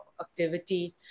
activity